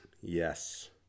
yes